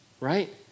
right